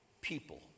people